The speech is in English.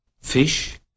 fish